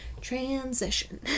transition